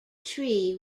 tree